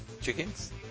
Chickens